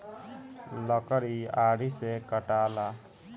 लकड़ी आरी से कटाला